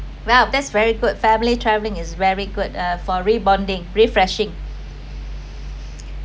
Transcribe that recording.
!wow! that's very good family traveling is very good uh for rebonding refreshing